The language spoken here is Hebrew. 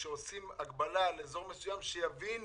כשעושים הגבלה לאזור מסוים, חשוב שיבינו